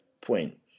point